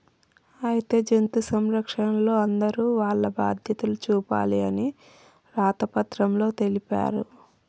అయితే జంతు సంరక్షణలో అందరూ వాల్ల బాధ్యతలు చూపాలి అని రాత పత్రంలో తెలిపారు